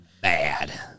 bad